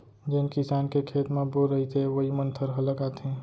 जेन किसान के खेत म बोर रहिथे वोइ मन थरहा लगाथें